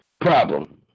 Problem